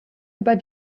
über